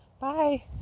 bye